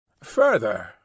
Further